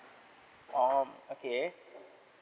oh okay